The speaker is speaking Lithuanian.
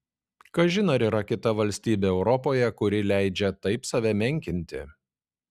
kažin ar yra kita valstybė europoje kuri leidžia taip save menkinti